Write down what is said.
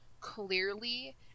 clearly